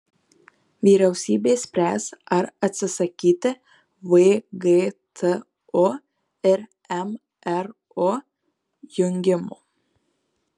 vyriausybė spręs ar atsisakyti vgtu ir mru jungimo